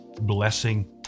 blessing